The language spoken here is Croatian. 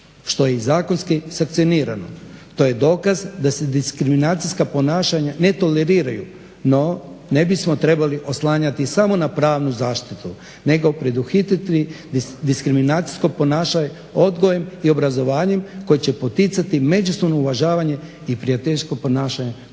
što je i zakonski sankcionirano. To je dokaz da se diskriminacijska ponašanja ne toleriraju no ne bismo se trebali oslanjati samo na pravnu zaštitu nego preduhitriti diskriminacijsko ponašanje odgojem i obrazovanjem koji će poticati međusobno uvažavanje i prijateljsko ponašanje kao